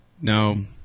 no